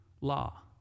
law